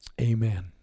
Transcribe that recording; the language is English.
Amen